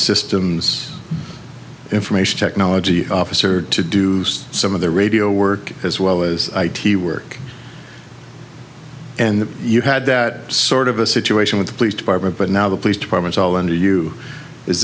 systems information technology officer to do some of the radio work as well as i t work and you had that sort of a situation with the police department but now the police departments all under you is